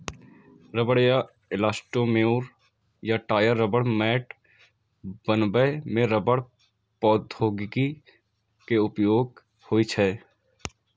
रबड़ या इलास्टोमोर सं टायर, रबड़ मैट बनबै मे रबड़ प्रौद्योगिकी के उपयोग होइ छै